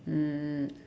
mm